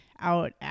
out